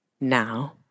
now